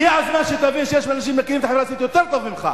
הגיע הזמן שתבין שיש אנשים שמכירים את החברה הישראלית יותר טוב ממך.